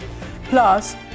Plus